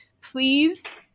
please